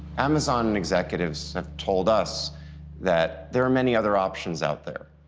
amazon and executives have told us that there are many other options out there.